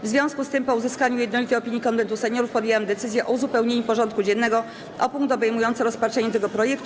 W związku z tym, po uzyskaniu jednolitej opinii Konwentu Seniorów, podjęłam decyzję o uzupełnieniu porządku dziennego o punkt obejmujący rozpatrzenie tego projektu.